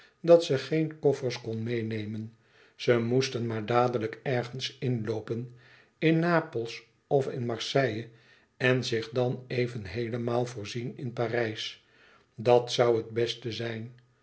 dat ze geen koffers kon meênemen ze moesten maar dadelijk ergens inloopen in napels of in marseille en zich dan even heelemaal voorzien in parijs dat zoû het beste zijn